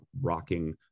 rocking